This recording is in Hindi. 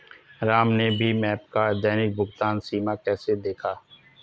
राम ने भीम ऐप का दैनिक भुगतान सीमा कैसे देखा?